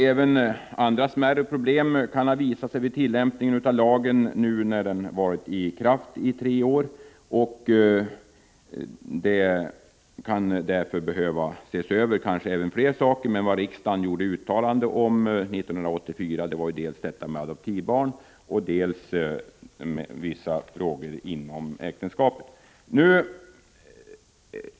Även andra smärre problem kan ha visat sig vid tillämpningen av lagen när den nu varit i kraft i tre år, och man kan därför behöva se över även fler saker. Vad riksdagen uttalade sig om 1984 var dock dels detta med adoptivbarn, dels vissa frågor inom äktenskapet.